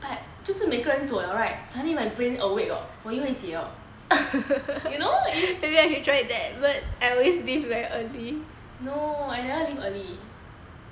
but 就是每个人走了 right suddenly my brain awake orh 我又会写 orh you know is no I never leave early